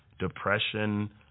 depression